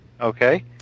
Okay